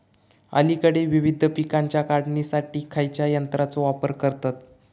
अलीकडे विविध पीकांच्या काढणीसाठी खयाच्या यंत्राचो वापर करतत?